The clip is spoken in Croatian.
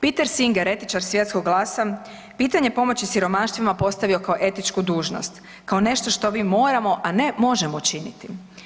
Peter Singer, etičar svjetskog glasa, pitanje pomoći siromaštvima postavio kao etičku dužnost, kao nešto što mi moramo, a ne možemo činiti.